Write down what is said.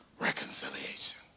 reconciliation